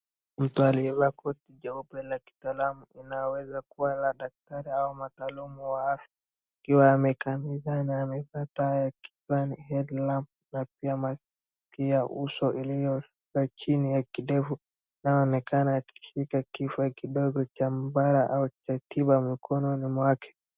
Mtu aliyevaa koti jeupe la kitaalamu inaweza kuwa la daktari au mtaalamu wa afya akiwa amekamilisha na amevaa taa ya kichwani headlamp na pia maski ya uso iliyo chini ya kidevu. Anaonekana akishika kifaa kidogo cha mbara au cha tiba mikononi mwake.